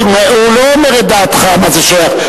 מה זה שייך?